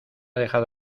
dejado